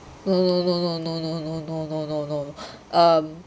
no no no no no no no